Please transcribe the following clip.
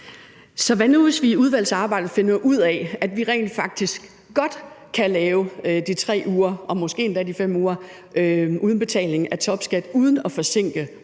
Så hvad nu, hvis vi i udvalgsarbejdet finder ud af, at vi rent faktisk godt kan lave de 3 uger og måske endda de 5 uger uden betaling af topskat uden at forsinke processen?